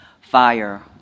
fire